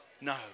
no